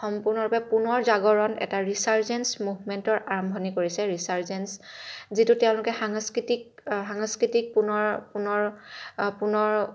সম্পূৰ্ণৰূপে পুনৰ জাগৰণ এটা ৰিছাৰ্জেঞ্চ মুভমেণ্টৰ আৰম্ভণি কৰিছে ৰিছাৰ্জেঞ্চ যিটো তেওঁলোকে সাংস্কৃতিক পুনৰ পুনৰ পুনৰ